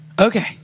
Okay